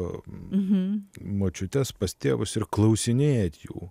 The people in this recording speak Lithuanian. jūs važiuojat pas savo močiutes pas tėvus ir klausinėjat jų